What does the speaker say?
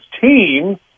team